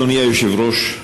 אדוני היושב-ראש,